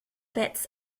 bets